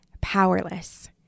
powerless